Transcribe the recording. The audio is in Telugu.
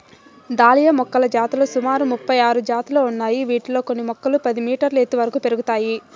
దాలియా మొక్కల జాతులు సుమారు ముపై ఆరు జాతులు ఉన్నాయి, వీటిలో కొన్ని మొక్కలు పది మీటర్ల ఎత్తు వరకు పెరుగుతాయి